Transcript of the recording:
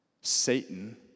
Satan